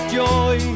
joy